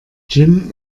jim